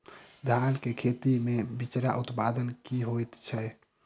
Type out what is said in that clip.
धान केँ खेती मे बिचरा उत्पादन की होइत छी?